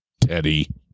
teddy